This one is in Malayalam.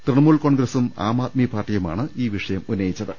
തൃണമൂൽ കോൺഗ്രസും ആംആദ്മി പാർട്ടിയുമാണ് ഈ വിഷയം ഉന്നയിച്ചത്